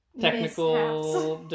technical